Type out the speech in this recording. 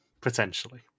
potentially